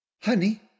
Honey